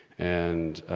and,